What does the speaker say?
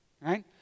right